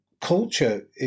culture